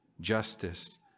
justice